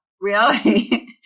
reality